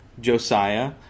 Josiah